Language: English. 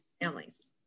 families